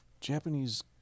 Japanese